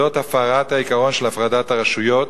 זה הפרת העיקרון של הפרדת הרשויות,